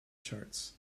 charts